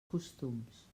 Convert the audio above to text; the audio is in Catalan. costums